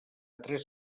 tres